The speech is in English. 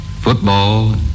football